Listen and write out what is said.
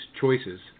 Choices